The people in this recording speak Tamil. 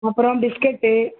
அப்புறம் பிஸ்கெட்டு